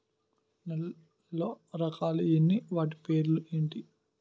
నేలలో రకాలు ఎన్ని వాటి పేర్లు ఏంటి?